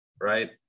right